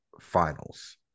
finals